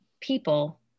people